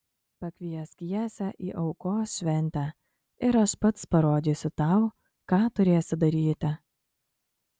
pakviesk jesę į aukos šventę ir aš pats parodysiu tau ką turėsi daryti